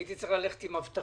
הייתי צריך ללכת עם אבטחה.